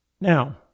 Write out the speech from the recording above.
Now